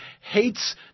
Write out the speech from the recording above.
hates